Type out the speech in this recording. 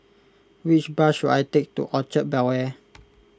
which bus should I take to Orchard Bel Air